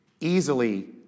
easily